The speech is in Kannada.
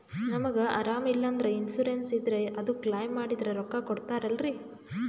ನಮಗ ಅರಾಮ ಇಲ್ಲಂದ್ರ ಇನ್ಸೂರೆನ್ಸ್ ಇದ್ರ ಅದು ಕ್ಲೈಮ ಮಾಡಿದ್ರ ರೊಕ್ಕ ಕೊಡ್ತಾರಲ್ರಿ?